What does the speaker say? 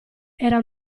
era